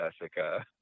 jessica